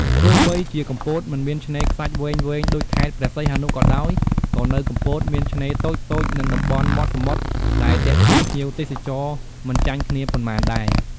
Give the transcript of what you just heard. ទោះបីជាកំពតមិនមានឆ្នេរខ្សាច់វែងៗដូចខេត្តព្រះសីហនុក៏ដោយ ក៏នៅកំពតមានឆ្នេរតូចៗ និងតំបន់មាត់សមុទ្រដែលទាក់ទាញភ្ញៀវទេសចរមិនចាញ់គ្នាប៉ុន្មានដែរ។